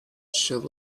should